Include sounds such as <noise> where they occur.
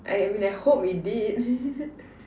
I I mean I hope it did <laughs>